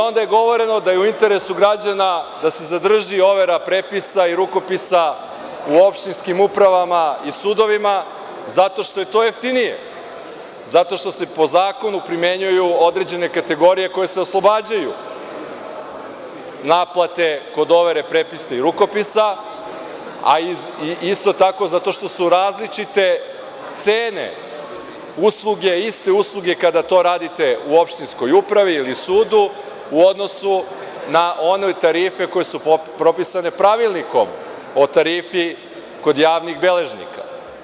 Onda je govoreno da je u interesu građana da se zadrži overa prepisa i rukopisa u opštinskim upravama i sudovima zato što je to jeftinije, zato što se po zakonu primenjuju određene kategorije koje se oslobađaju naplate kod overe prepisa i rukopisa, a isto tako, zato što su različite cene iste usluge kada to radite u opštinskoj upravi ili sudu u odnosu na one tarife koje su propisane Pravilnikom o tarifi kod javnih beležnika.